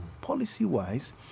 policy-wise